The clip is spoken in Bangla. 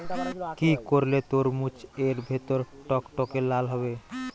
কি করলে তরমুজ এর ভেতর টকটকে লাল হবে?